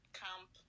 camp